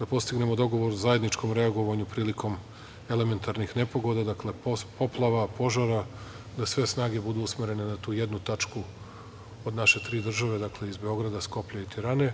da postignemo dogovor zajedničkom reagovanju prilikom elementarnih nepogoda, poplava, požara, da sve snage budu usmerene na tu jednu tačku od naše tri države, dakle, iz Beograda, Skoplja i Tirane.